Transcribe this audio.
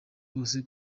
bose